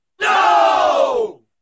No